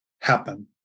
happen